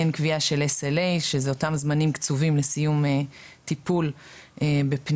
אין קביעה של SLA שזה אותם זמנים קצובים לסיום טיפול בפנייה,